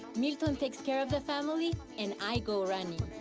milton takes care of the family and i go running.